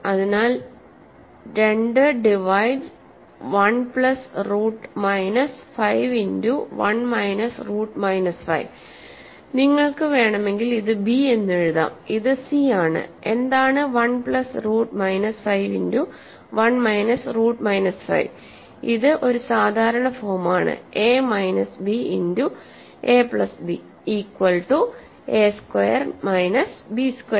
അതിനാൽ 2 divide 1 plus root minus 5 into 1 minus root minus 5 നിങ്ങൾക്ക് വേണമെങ്കിൽ ഇത് ബി എന്ന് എഴുതാം ഇത് സി ആണ് എന്താണ് 1 plus root minus 5 into 1 minus root minus 5 ഇത് ഒരു സാധാരണ ഫോം ആണ് A minus B into A plus B equal to A squared minus B square